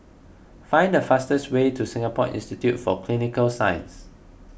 find the fastest way to Singapore Institute for Clinical Sciences